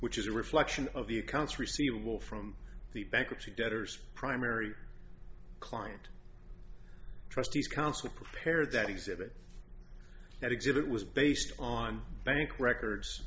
which is a reflection of the accounts receivable from the bankruptcy debtors primary client trustees counsel prepared that exhibit that exhibit was based on bank records